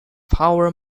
power